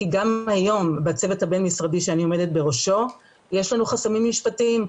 כי גם היום בצוות הבין משרדי שאני עומדת בראשו יש לנו חסמים משפטיים.